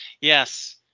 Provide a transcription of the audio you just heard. Yes